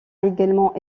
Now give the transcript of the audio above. également